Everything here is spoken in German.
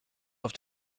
auf